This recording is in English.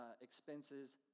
expenses